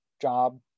job